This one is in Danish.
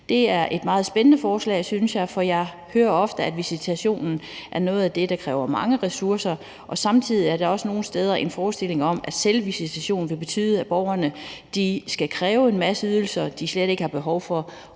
Det er et meget spændende forslag, synes jeg, for jeg hører ofte, at visitationen er noget af det, der kræver mange ressourcer, og samtidig er der også nogle steder en forestilling om, at selvvisitation vil betyde, at borgerne skal kræve en masse ydelser, de slet ikke har behov for,